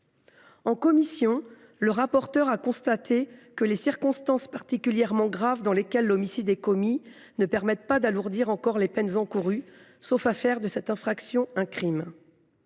En commission, le rapporteur a constaté que les circonstances particulièrement graves dans lesquelles l’homicide est commis ne permettent pas d’alourdir encore les peines encourues, sauf à faire de cette infraction un crime.